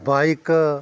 bike